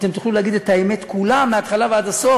אתם תוכלו לומר את האמת כולה מההתחלה ועד הסוף,